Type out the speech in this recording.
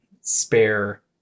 spare